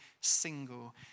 single